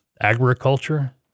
agriculture